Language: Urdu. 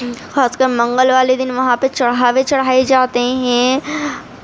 خاص کر منگل والے دن وہاں پہ چڑھاوے چڑھائے جاتے ہیں